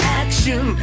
action